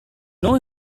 know